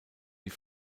wie